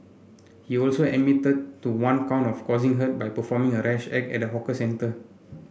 he also admitted to one count of causing hurt by performing a rash act at a hawker centre